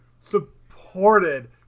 supported